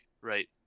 right